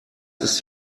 ist